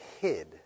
hid